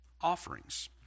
offerings